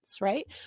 right